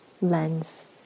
lens